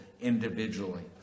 individually